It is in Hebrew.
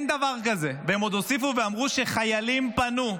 אין דבר כזה, והם עוד הוסיפו ואמרו שחיילים פנו.